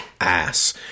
ass